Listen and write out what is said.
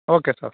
okay sir